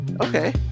Okay